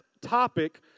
topic